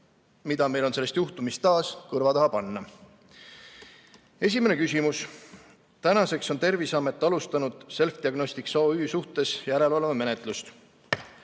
mida meil on sellest juhtumist taas kõrva taha panna. Esimene küsimus. Tänaseks on Terviseamet alustanud Selfdiagnostics OÜ suhtes järelevalvemenetlust.